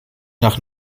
nach